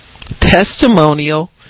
testimonial